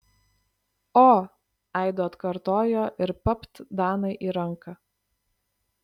o aidu atkartojo ir papt danai į ranką